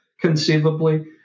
conceivably